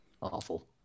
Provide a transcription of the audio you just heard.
awful